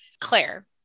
Claire